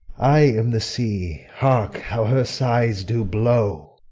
i am the sea hark how her sighs do blow.